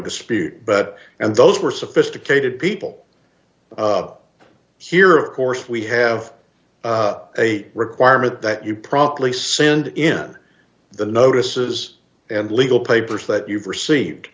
dispute but and those were sophisticated people here of course we have a requirement that you promptly sinned in the notices and legal papers that you've received